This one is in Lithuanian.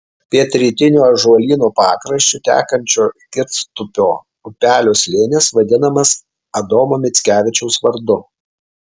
pietrytiniu ąžuolyno pakraščiu tekančio girstupio upelio slėnis vadinamas adomo mickevičiaus vardu